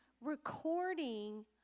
recording